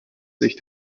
sich